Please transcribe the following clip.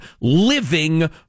living